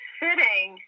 sitting